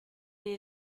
est